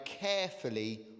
carefully